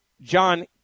John